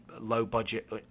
low-budget